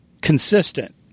consistent